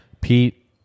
pete